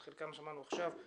את חלקם שמעתי עכשיו.